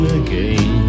again